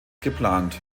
geplant